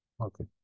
okay